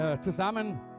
zusammen